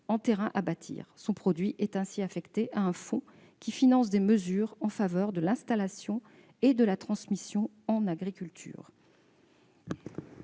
en terrains à bâtir. Son produit est ainsi affecté à un fonds qui finance des mesures en faveur de l'installation et de la transmission en agriculture.